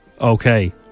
okay